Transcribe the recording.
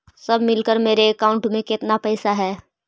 सब मिलकर मेरे अकाउंट में केतना पैसा है?